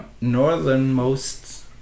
northernmost